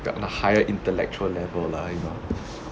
got that higher intellectual level lying ah